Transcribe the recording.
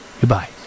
Goodbye